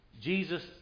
Jesus